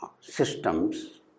systems